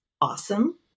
awesome